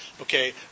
Okay